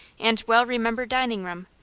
and well-remembered dining-room,